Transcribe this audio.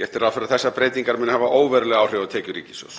Gert er ráð fyrir að þessar breytingar muni hafa óveruleg áhrif á tekjur ríkissjóðs.